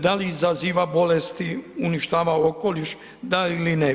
Da li izaziva bolesti, uništava okoliš, da ili ne?